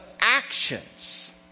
actions